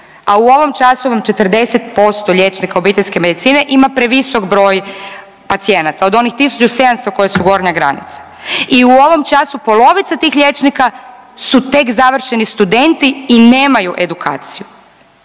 U ovom času vam 40% liječnika obiteljske medicine ima previsok broj pacijenata. Od onih 1700 koji su gornja granica i u ovom času polovica tih liječnika su tek završeni studenti i nemaju edukaciju.